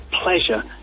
pleasure